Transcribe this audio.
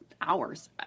hours